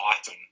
awesome